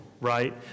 right